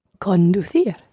Conducir